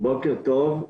בוקר טוב.